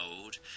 mode